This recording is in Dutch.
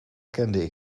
kende